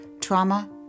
trauma